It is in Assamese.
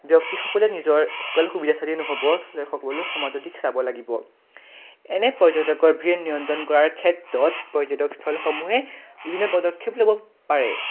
ব্যক্তিসকলে নিজৰ সকলো সুবিধা চালেই নহ'ব সকলো সমাজৰ দিশ চাব লাগিব এনে পৰ্যটকৰ ভিৰ নিয়ন্ত্ৰণ কৰাৰ ক্ষেত্ৰত পৰ্যটকস্থলসমূহে বিভিন্ন পদক্ষেপ ল'ব পাৰে